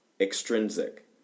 extrinsic